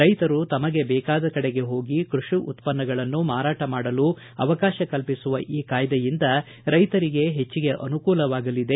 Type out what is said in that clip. ರೈತರು ತನಗೆ ಬೇಕಾದ ಕಡೆಗೆ ಹೋಗಿ ಕೃಷಿ ಉತ್ಪನ್ನಗಳನ್ನು ಮಾರಾಟ ಮಾಡಲು ಅವಕಾಶ ಕಲ್ಪಿಸುವ ಈ ಕಾಯ್ದೆಯಿಂದ ರೈತರಿಗೆ ಹೆಚ್ಚಿಗೆ ಅನುಕೂಲವಾಗಲಿದೆ